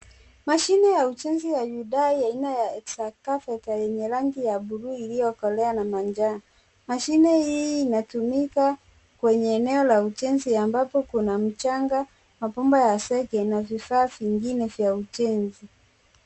Mashini ya ujenzi ya Hyundai aina ya excavator yenye rangi ya buluu iliyokolea na manjano. Mashine hii inatumika kwenye eneo la ujenzi ambapo kuna mchanga na bomba la sege na vifaa vingine vya ujenzi.